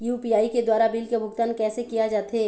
UPI के द्वारा bill के भुगतान कैसे किया जाथे?